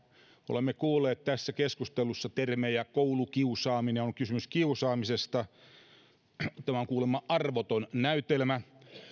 olemme kuulleet tässä keskustelussa termejä kuten koulukiusaaminen että on kysymys kiusaamisesta tämä on kuulemma arvoton näytelmä